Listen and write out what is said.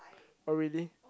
oh really